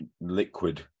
liquid